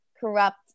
corrupt